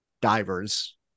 divers